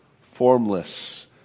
Formless